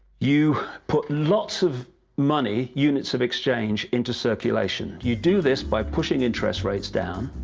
you put lots of money units of exchange into circulation. you do this by pushing interest rates down,